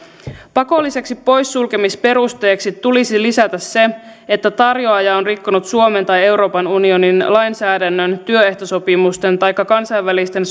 pakolliseksi poissulkemisperusteeksi tulisi lisätä se että tarjoaja on rikkonut suomen tai euroopan unionin lainsäädännön työehtosopimusten taikka kansainvälisten